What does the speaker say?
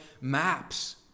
maps